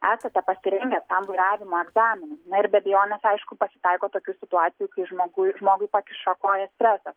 esate pasirengęs tam vairavimo egzaminui na ir be abejonės aišku pasitaiko tokių situacijų kai žmogui žmogui pakiša koją stresas